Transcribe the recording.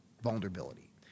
vulnerability